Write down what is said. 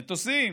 מטוסים?